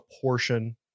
portion